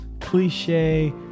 cliche